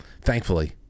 Thankfully